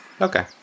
Okay